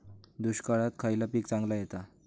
दुष्काळात खयला पीक चांगला येता?